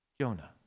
Jonah